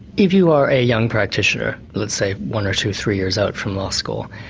if you are a young practitioner, let's say one or two, three years out from law school,